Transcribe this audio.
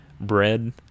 bread